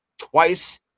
twice